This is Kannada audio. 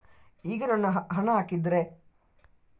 ಈಗ ಹಣ ಹಾಕಿದ್ರೆ ನನ್ನ ಅಕೌಂಟಿಗೆ ಬರಲು ಎಷ್ಟು ಟೈಮ್ ಹಿಡಿಯುತ್ತೆ?